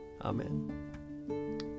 Amen